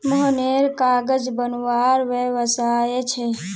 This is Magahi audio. मोहनेर कागज बनवार व्यवसाय छे